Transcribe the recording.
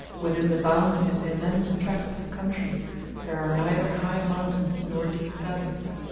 within the bounds of this immense tract of country there are neither high mountains nor deep valleys.